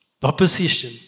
proposition